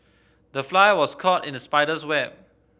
the fly was caught in the spider's web